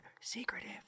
secretive